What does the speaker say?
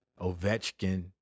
Ovechkin